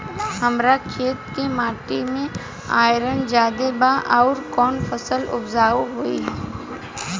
हमरा खेत के माटी मे आयरन जादे बा आउर कौन फसल उपजाऊ होइ?